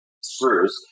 screws